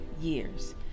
years